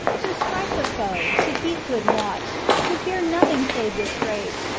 to strike the foe, to keep good watch, to fear nothing save disgrace,